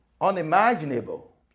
Unimaginable